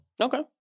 Okay